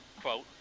quote